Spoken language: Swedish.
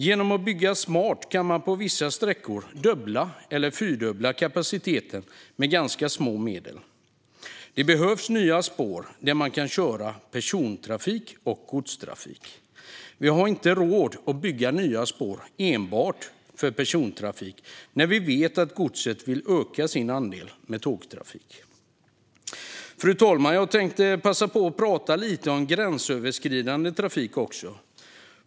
Genom att bygga smart kan man på vissa sträckor dubbla eller fyrdubbla kapaciteten med ganska små medel. Det behövs nya spår där man kan köra persontrafik och godstrafik. Vi har inte råd att bygga nya spår enbart för persontrafik när vi vet att godset vill öka sin andel med tågtrafik. Fru talman! Jag tänkte även passa på att prata lite om gränsöverskridande trafik.